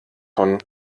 von